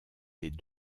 des